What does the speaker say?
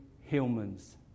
humans